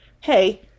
hey